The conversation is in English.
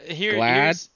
glad